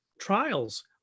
Trials